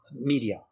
media